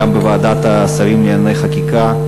גם בוועדת השרים לענייני חקיקה.